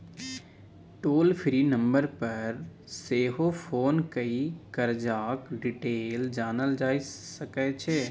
टोल free number पर सेहो phone कए करजाक डिटेल जानल जा सकै छै